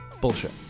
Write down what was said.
Bullshit